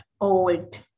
old